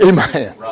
Amen